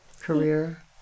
career